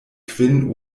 kvin